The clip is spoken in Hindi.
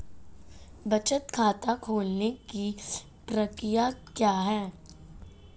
बचत खाता खोलने की प्रक्रिया क्या है?